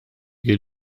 good